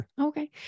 Okay